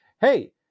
hey